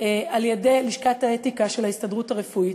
על-ידי לשכת האתיקה של ההסתדרות הרפואית,